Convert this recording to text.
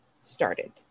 started